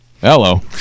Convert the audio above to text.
Hello